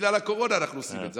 בגלל הקורונה אנחנו עושים את זה.